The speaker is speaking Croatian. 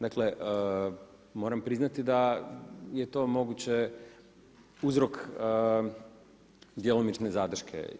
Dakle moram priznati da je to moguće uzrok djelomične zadrške.